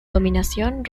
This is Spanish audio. dominación